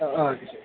ആ ഓക്കെ ശരി